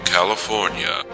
California